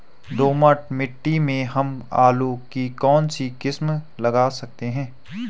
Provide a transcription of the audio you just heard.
दोमट मिट्टी में हम आलू की कौन सी किस्म लगा सकते हैं?